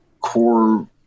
core